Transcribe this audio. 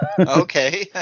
Okay